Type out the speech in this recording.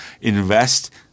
Invest